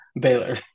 Baylor